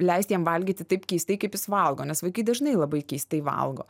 leisti jam valgyti taip keistai kaip jis valgo nes vaikai dažnai labai keistai valgo